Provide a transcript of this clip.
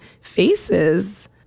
faces